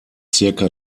circa